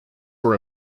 were